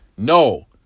No